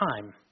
time